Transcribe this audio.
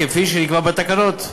כפי שנקבע בתקנות.